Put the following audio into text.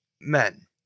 men